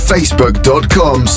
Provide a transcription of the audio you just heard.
Facebook.com